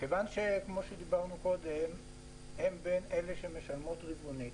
כיוון שחברות אלו משלמות רבעונית,